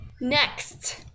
Next